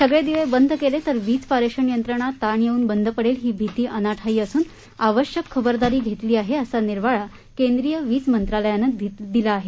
सगळे दिवे बंद केले तर वीज पारेषण यंत्रणा ताण येऊन बंद पडेल ही भीती अनाठायी असून आवश्यक खबरदारी घेतली आहे असा निर्वाळा केंद्रीय वीज मंत्रालयानं दिला आहे